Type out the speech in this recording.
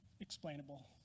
explainable